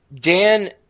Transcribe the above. Dan